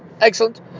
Excellent